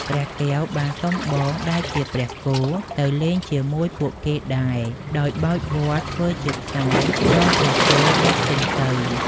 ព្រះកែវបានសុំបងដែលជាព្រះគោទៅលេងជាមួយពួកគេដែរ ដោយបោចវល្លិធ្វើជាខ្សែចងព្រះគោដឹកចេញទៅ ។